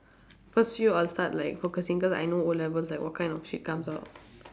first few I'll start like focusing cause I know O levels like what kind of shit comes out